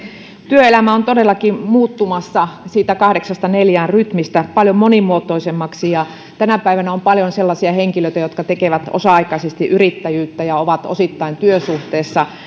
työelämä on todellakin muuttumassa siitä kahdeksasta neljään rytmistä paljon monimuotoisemmaksi ja tänä päivänä on paljon sellaisia henkilöitä jotka tekevät osa aikaisesti yrittäjyyttä ja ovat osittain työsuhteessa